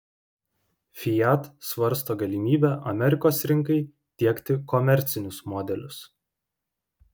fiat svarsto galimybę amerikos rinkai tiekti komercinius modelius